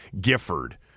Gifford